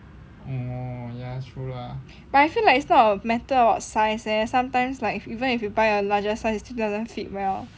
but I feel like it's not a matter about size leh sometimes like even if you buy a larger size it still doesn't fit well